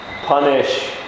punish